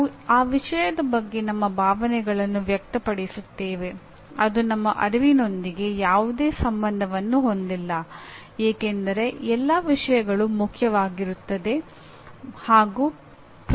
ನಾವು ಆ ವಿಷಯದ ಬಗ್ಗೆ ನಮ್ಮ ಭಾವನೆಗಳನ್ನು ವ್ಯಕ್ತಪಡಿಸುತ್ತೇವೆ ಅದು ನಮ್ಮ ಅರಿವಿನೊಂದಿಗೆ ಯಾವುದೇ ಸಂಬಂಧವನ್ನು ಹೊಂದಿಲ್ಲ ಏಕೆಂದರೆ ಎಲ್ಲಾ ವಿಷಯಗಳು ಮುಖ್ಯವಾಗಿರುತ್ತದೆ ಹಾಗೂ ಪ್ರಸ್ತುತವಾಗಿವೆ